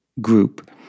group